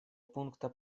пункта